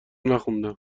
نخوندم